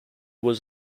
was